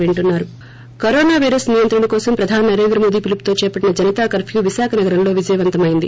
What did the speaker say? break corona virus నియంత్రణ కోసం ప్రధాని నరేంద్ర మోదీ పిలుపుతో చేపట్టిన జనతా కర్న్స్ విశాఖ నగరంలో విజయవంతం అయింది